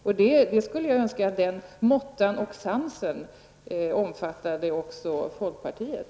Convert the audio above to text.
Jag skulle önska att den måttan och sansen även gällde folkpartiet.